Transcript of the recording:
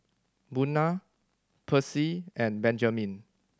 Buna Percy and Benjamin